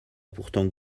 pourtant